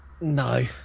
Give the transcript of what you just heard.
No